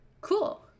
Cool